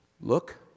Look